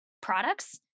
products